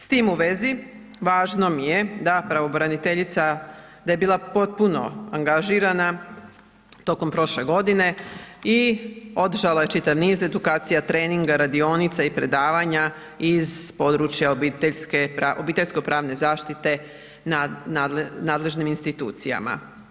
S tim u vezi, važno mi je da pravobraniteljica, da je bila potpuno angažirana tokom prošle godine i održala je čitav niz edukacija, treninga, radionica i predavanja iz područja obiteljsko-pravne zaštite nadležnim institucijama.